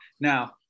now